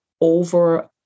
over